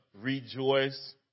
rejoice